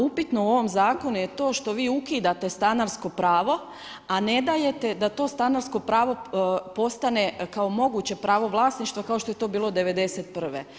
Upitno u ovom zakonu je to što vi ukidate stanarsko pravo, a ne dajete da to stanarsko pravo postane kao moguće pravo vlasništva kao što je to bilo '91.